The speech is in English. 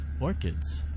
orchids